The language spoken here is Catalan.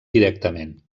directament